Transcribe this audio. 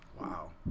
wow